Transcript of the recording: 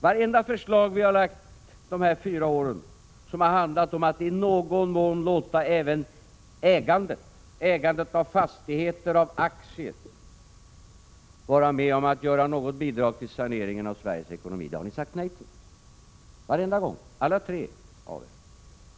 Vartenda förslag vi har lagt fram under de här fyra åren som har handlat om att i någon mån låta även ägandet — ägandet av fastigheter och av aktier — vara med om att lämna något bidrag till saneringen av Sveriges ekonomi har ni sagt nej till, varenda gång och alla — Prot. 1986/87:48 tre av er.